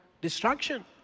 destruction